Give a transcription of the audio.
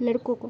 لڑکوں کو